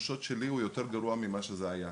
בתחושות שלי הוא יותר גרוע ממה שזה היה.